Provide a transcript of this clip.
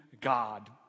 God